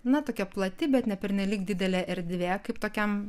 na tokia plati bet ne pernelyg didelė erdvė kaip tokiam